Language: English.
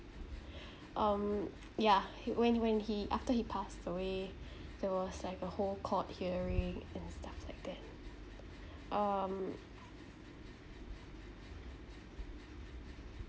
um yeah he when he when he after he passed away there was like a whole court hearing and stuff like that um